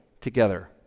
together